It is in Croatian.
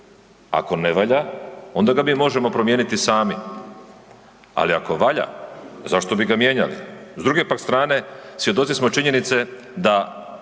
Ako ne valja, onda ga mi možemo promijeniti sami. Ali ako valja, zašto bi ga mijenjali? S druge pak strane, svjedoci smo činjenice da